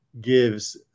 Gives